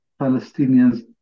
Palestinians